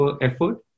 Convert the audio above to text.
effort